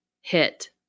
hit